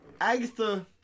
Agatha